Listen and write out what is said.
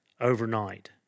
overnight